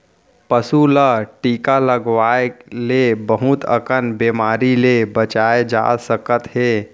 पसू ल टीका लगवाए ले बहुत अकन बेमारी ले बचाए जा सकत हे